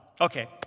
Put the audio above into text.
Okay